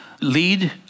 lead